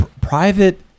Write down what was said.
private